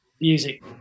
music